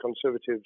Conservatives